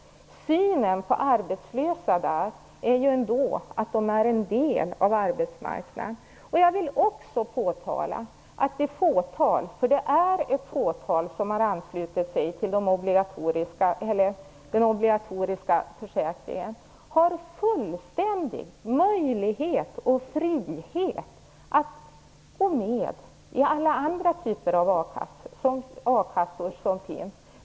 Synen på de arbetslösa är att de är en del av arbetsmarknaden. Jag vill också påpeka att det fåtal - för det rör sig om ett fåtal - som har anslutit sig till den obligatoriska försäkringen har fullständig frihet att gå med i andra typer av de a-kassor som finns.